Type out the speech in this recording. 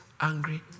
angry